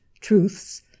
truths